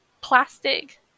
plastic